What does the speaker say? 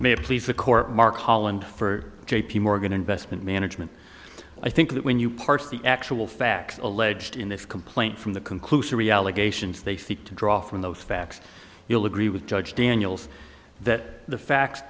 may please the court mark holland for j p morgan investment management i think that when you parse the actual facts alleged in this complaint from the conclusory allegations they seek to draw from those facts you'll agree with judge daniels that the facts